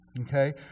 Okay